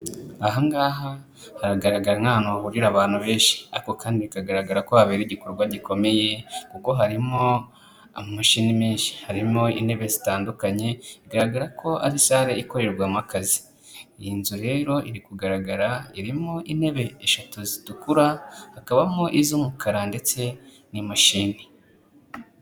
Ahangaha haragaragara nkaho aho hahurira abantu benshi, ariko kandi bikagaragara ko habera igikorwa gikomeye, kuko harimo ama mashini menshi, harimo intebe zitandukanye, igaragara ko ari salle ikorerwamo akazi. Iyi nzu rero iri kugaragara irimo intebe eshatu zitukura hakabamo iz'umukara ndetse n'imashini.